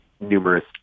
numerous